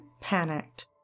panicked